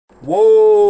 whoa